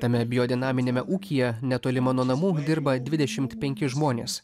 tame biodinaminiame ūkyje netoli mano namų dirba dvidešimt penki žmonės